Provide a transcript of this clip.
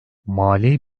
mali